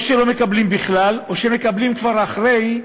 או שלא מקבלים בכלל או שמקבלים אחרי,